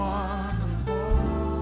Wonderful